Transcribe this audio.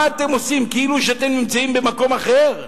מה אתם עושים, כאילו אתם נמצאים במקום אחר?